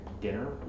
dinner